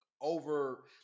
over